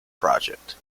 project